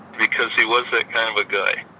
because he was that kind of a guy.